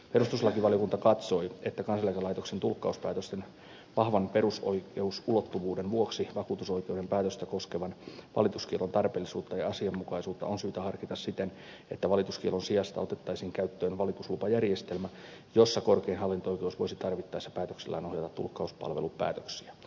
perustuslakivaliokunta katsoi että kansaneläkelaitoksen tulkkauspäätösten vahvan perusoikeusulottuvuuden vuoksi vakuutusoikeuden päätöstä koskevan valituskiellon tarpeellisuutta ja asianmukaisuutta on syytä harkita siten että valituskiellon sijasta otettaisiin käyttöön valituslupajärjestelmä jossa korkein hallinto oikeus voisi tarvittaessa päätöksellään ohjata tulkkauspalvelupäätöksiä